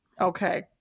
Okay